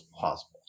possible